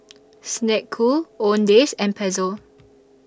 Snek Ku Owndays and Pezzo